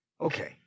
Okay